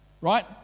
right